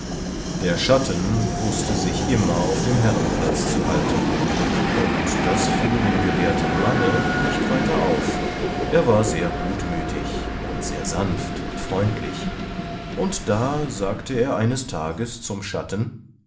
der schatten wußte sich immer auf dem herrenplatz zu halten und das fiel dem gelehrten manne nicht weiter auf er war sehr gutmütig und sehr sanft und freundlich und da sagte er eines tages zum schatten